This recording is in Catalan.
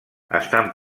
estan